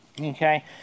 Okay